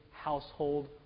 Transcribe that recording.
household